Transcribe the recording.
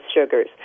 sugars